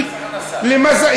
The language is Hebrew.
למס הכנסה.